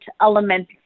element